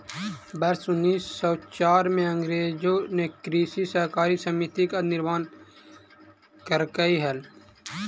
वर्ष उनीस सौ चार में अंग्रेजों ने कृषि सहकारी समिति का निर्माण करकई हल